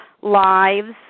lives